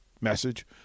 message